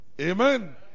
Amen